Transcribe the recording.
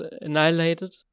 annihilated